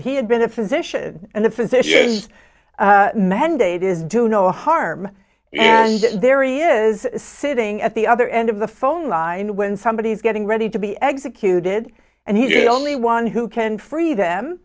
he had been a physician and the physicians mandate is do no harm and there is sitting at the other end of the phone line when somebody is getting ready to be executed and he only one who can free them